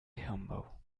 humble